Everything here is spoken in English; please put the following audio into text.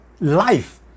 life